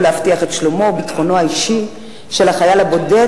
להבטיח את שלומו וביטחונו האישי של החייל הבודד,